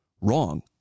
Wrong